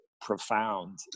Profound